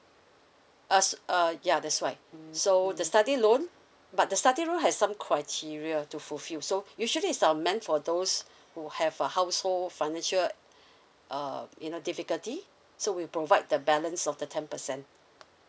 uh s~ uh ya that's why mm so the study loan but the study loan has some criteria to fulfill so usually is uh meant for those who have a household financial uh you know difficulty so we provide the balance of the ten percent